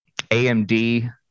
AMD